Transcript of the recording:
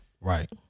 Right